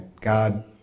God